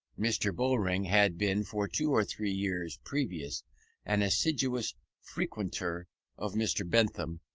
mr. bowring had been for two or three years previous an assiduous frequenter of mr. bentham,